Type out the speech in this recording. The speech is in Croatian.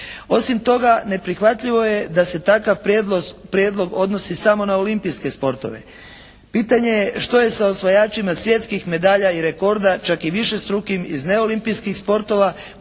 Osim toga neprihvatljivo je da se takav prijedlog odnosi samo na olimpijske sportove. Pitanje je što je sa osvajačima svjetskih medalja i rekorda, čak i višestrukim iz neolimpijkih sportova koji